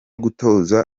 gutoza